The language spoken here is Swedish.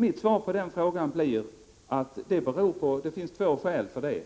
Mitt svar på den frågan blir att det finns två skäl härför: